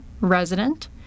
resident